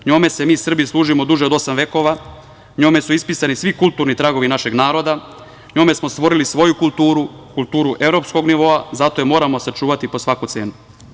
Njome se mi Srbi služimo duže od osam vekova, njome su ispisani svi kulturni tragovi našeg naroda, njome smo stvorili svoju kulturu, kulturu evropskog nivoa, zato je moramo sačuvati po svaku cenu.